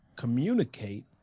communicate